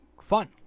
fun